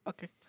Okay